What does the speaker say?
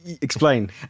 Explain